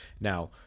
Now